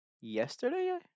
Yesterday